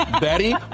Betty